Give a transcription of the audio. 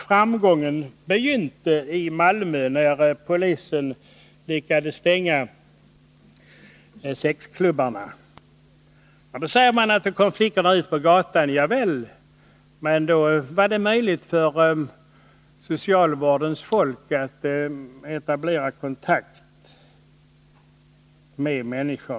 Framgången begynte i Malmö när polisen lyckades stänga sexklubbarna. Då kom flickorna ut på gatan, säger man. Nåväl, men då var det möjligt för socialvårdens folk att etablera kontakt med dessa människor.